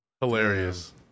Hilarious